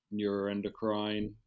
Neuroendocrine